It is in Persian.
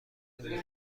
میکنین